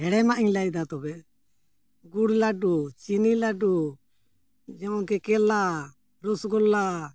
ᱦᱮᱲᱮᱢᱟᱜ ᱤᱧ ᱞᱟᱹᱭᱫᱟ ᱛᱚᱵᱮ ᱜᱩᱲ ᱞᱟᱹᱰᱩ ᱪᱤᱱᱤ ᱞᱟᱹᱰᱩ ᱡᱮᱢᱚᱱ ᱠᱮᱠᱮᱞᱟ ᱨᱚᱥᱚᱜᱚᱞᱞᱟ